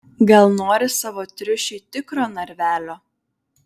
gal nori savo triušiui tikro narvelio